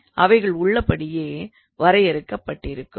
அவைகள் உள்ளபடியே வரையறுக்கப்பட்டிருக்கும்